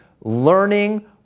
learning